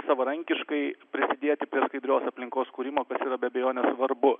savarankiškai prisidėti prie skaidrios aplinkos kūrimo kas yra be abejonės svarbu